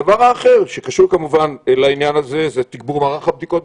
הדבר האחר שקשור לעניין הזה הוא תגבור מערך הבדיקות.